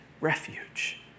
refuge